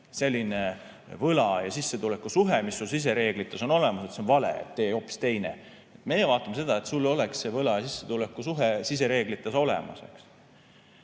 selline võla ja sissetuleku suhe, mis su sisereeglites on olemas, on vale, tee hoopis teine. Meie vaatame seda, et sul oleks see võla ja sissetuleku suhe sisereeglites olemas.